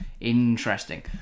interesting